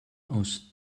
aus